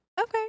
okay